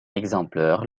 exemplaire